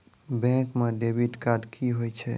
Bank म debit card की होय छै?